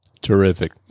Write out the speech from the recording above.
terrific